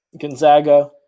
Gonzaga